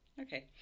Okay